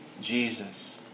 Jesus